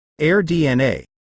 AirDNA